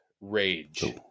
Rage